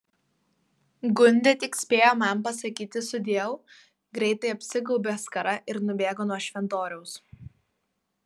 gundė tik spėjo man pasakyti sudieu greitai apsigaubė skara ir nubėgo nuo šventoriaus